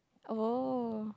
oh